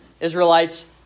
Israelites